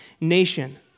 nation